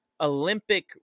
Olympic